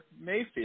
Mayfield